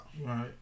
Right